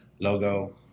logo